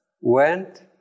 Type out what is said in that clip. went